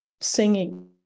singing